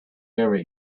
very